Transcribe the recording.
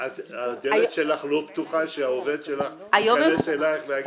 הדלת שלך לא פתוחה שהעובד שלך ייכנס אלייך ויגיד: